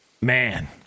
Man